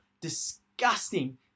Disgusting